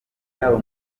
y’abo